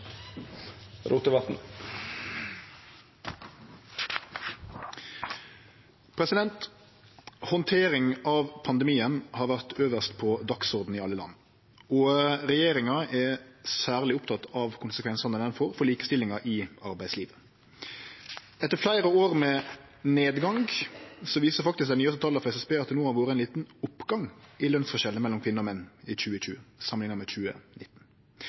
særleg oppteken av konsekvensane han får for likestillinga i arbeidslivet. Etter fleire år med nedgang viser faktisk dei nyaste tala frå SSB at det har vore ein liten oppgang i lønsforskjellane mellom kvinner og menn i 2020 samanlikna med 2019.